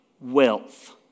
wealth